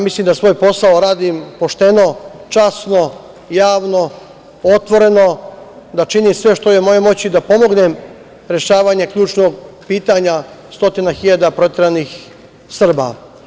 Mislim da svoj posao radim pošteno, časno, javno, otvoreno, da činim sve što je u mojoj moći da pomognem rešavanje ključnog pitanja stotina hiljada proteranih Srba.